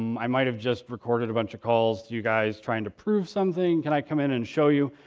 um i might have just recorded a bunch of calls to you guys trying to prove something. can i come in and show you?